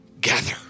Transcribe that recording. gather